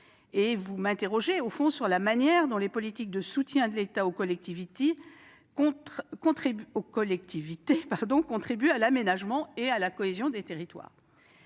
Vous m'interrogez sur la manière dont les politiques de soutien de l'État aux collectivités territoriales contribuent à l'aménagement et à la cohésion des territoires.